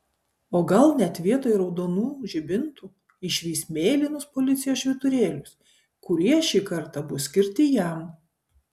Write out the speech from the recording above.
o gal net vietoj raudonų žibintų išvys mėlynus policijos švyturėlius kurie šį kartą bus skirti jam